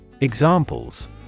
Examples